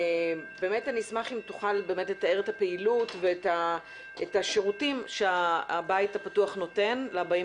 את הפעילות ואת השירותים שהבית הפתוח נותן לבאים